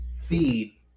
feed